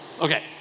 Okay